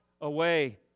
away